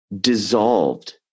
dissolved